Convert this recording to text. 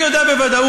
אני יודע בוודאות,